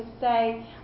say